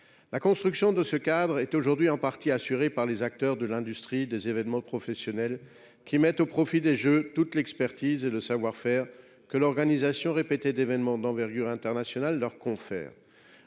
La construction de ce cadre est aujourd’hui en partie assurée par les acteurs de l’industrie des événements professionnels, qui mettent au profit des jeux toute l’expertise et le savoir faire que l’organisation répétée d’événements d’envergure internationale leur confère.